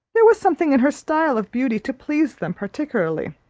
there was something in her style of beauty, to please them particularly.